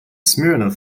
smirnov